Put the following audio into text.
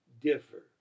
differ